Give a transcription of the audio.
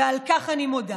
ועל כך אני מודה.